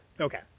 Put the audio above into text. Okay